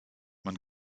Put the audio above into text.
man